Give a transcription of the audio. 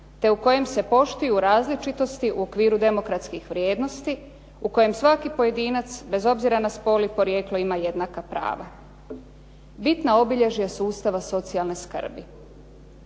te u kojem se poštuju različitosti u okviru demokratskih vrijednosti u kojem svaki pojedinac, bez obzira na spol i porijeklo, ima jednaka prava. Bitna obilježja sustava socijalne skrbi.